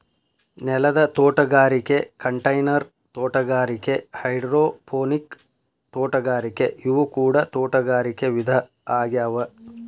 ನೆಲದ ತೋಟಗಾರಿಕೆ ಕಂಟೈನರ್ ತೋಟಗಾರಿಕೆ ಹೈಡ್ರೋಪೋನಿಕ್ ತೋಟಗಾರಿಕೆ ಇವು ಕೂಡ ತೋಟಗಾರಿಕೆ ವಿಧ ಆಗ್ಯಾವ